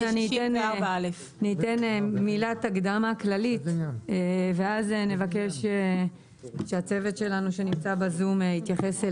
אני אתן מילת הקדמה כללית ואז נבקש שהצוות שלנו שנמצא בזום יתייחס,